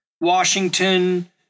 Washington